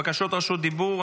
בקשות רשות דיבור,